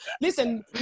listen